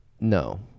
no